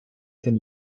тим